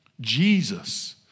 Jesus